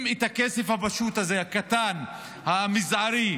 אם את הכסף הפשוט הזה, הקטן, המזערי,